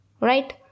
right